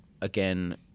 again